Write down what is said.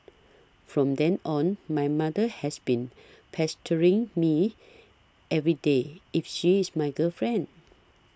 from then on my mother has been pestering me everyday if she is my girlfriend